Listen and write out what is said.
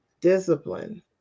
discipline